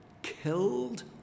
killed